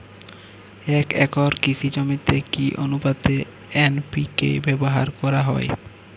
এক একর কৃষি জমিতে কি আনুপাতে এন.পি.কে ব্যবহার করা হয়?